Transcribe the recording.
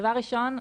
דבר ראשון,